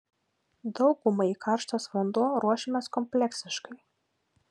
daugumai karštas vanduo ruošiamas kompleksiškai